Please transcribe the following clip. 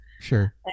Sure